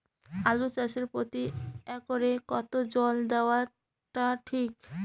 আলু চাষে প্রতি একরে কতো জল দেওয়া টা ঠিক?